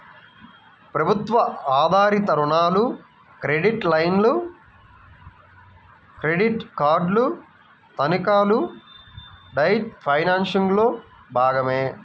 ప్రభుత్వ ఆధారిత రుణాలు, క్రెడిట్ లైన్లు, క్రెడిట్ కార్డులు, తనఖాలు డెట్ ఫైనాన్సింగ్లో భాగమే